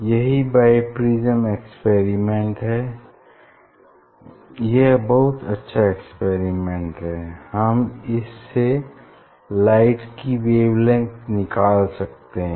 यही biprism experiment है यह बहुत अच्छा एक्सपेरिमेंट है हम इस से लाइट की वेवलेंग्थ निकाल सकते हैं